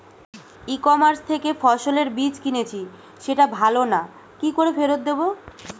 ই commerce থেকে ফসলের বীজ কিনেছি সেটা ভালো না কি করে ফেরত দেব?